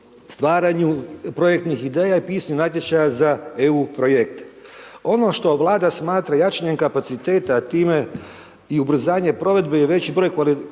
stvaraju projektnih ideja i pisanju natječaja za EU projekte. Ono što Vlada smatra jačanjem kapaciteta, a time i ubrzanje provedbe i veći broj kvalitetnih